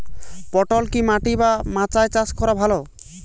পটল কি মাটি বা মাচায় চাষ করা ভালো?